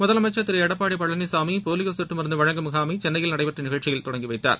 முதலமைச்சர் திரு எடப்பாடி பழனிசாமி போலியோ சொட்டு மருந்து வழங்கும் முகாமை சென்னையில் நடைபெற்ற நிகழ்ச்சியில் தொடங்கிவைத்தார்